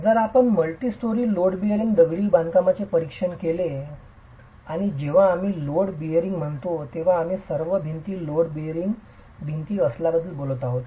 जर आपण multistoried load bearing दगडी बांधकामाचे परीक्षण केले तर आणि जेव्हा आम्ही लोड बेअरिंग म्हणतो तेव्हा आम्ही सर्व भिंती लोड बेअरिंग भिंती असल्याबद्दल बोलत आहोत